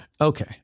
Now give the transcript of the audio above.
Okay